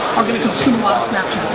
are gonna consume on snapchat.